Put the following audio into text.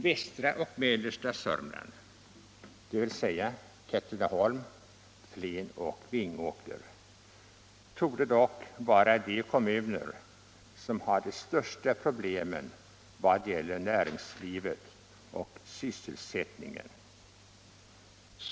Västra och mellersta Södermanland, dvs. Katrineholm, Flen och Vingåker, torde dock vara de kommuner som har de största problemen i vad gäller näringslivet och sysselsättningen.